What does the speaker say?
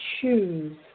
choose